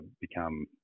become